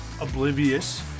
Oblivious